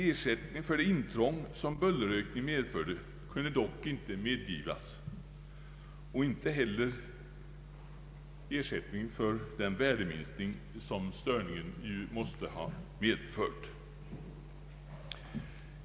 Ersättning för det intrång som bullerökningen medförde kunde dock inte medgivas och inte heller ersättning för den värdeminskning som den ökade störningen måste ha fört med sig.